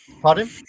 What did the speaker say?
Pardon